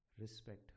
respect